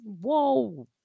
whoa